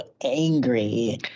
angry